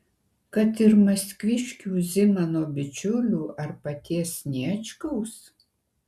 kad ir maskviškių zimano bičiulių ar paties sniečkaus